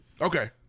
Okay